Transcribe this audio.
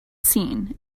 seen